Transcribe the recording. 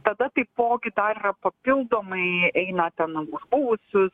tada taipogi dar yra papildomai eina ten namus ausys